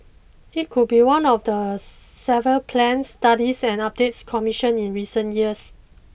it could be one of the several plans studies and updates commissioned in recent years